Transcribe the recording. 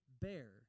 bear